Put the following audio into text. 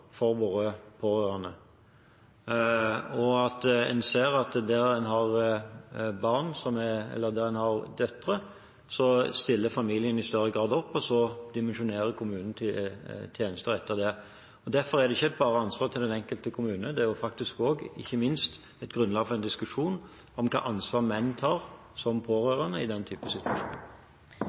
for våre pårørende, og at en ser at der en har døtre, stiller familien i større grad opp, og så dimensjonerer kommunen tjenester etter det. Derfor er det ikke bare et ansvar for den enkelte kommunen – det er ikke minst et grunnlag for en diskusjon om hvilket ansvar menn tar som